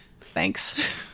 thanks